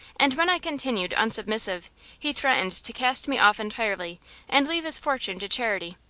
and when i continued unsubmissive he threatened to cast me off entirely and leave his fortune to charity,